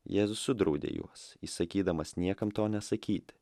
jėzus sudraudė juos įsakydamas niekam to nesakyti